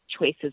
choices